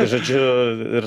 žodžiu ir